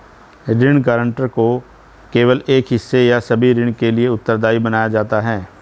ऋण गारंटर को केवल एक हिस्से या सभी ऋण के लिए उत्तरदायी बनाया जाता है